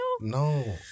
No